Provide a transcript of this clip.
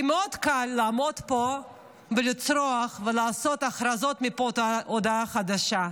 כי מאוד קל לעמוד פה ולצרוח ולעשות הכרזות מפה ועד הודעה חדשה,